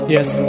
Yes